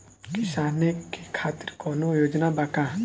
किसानों के खातिर कौनो योजना बा का?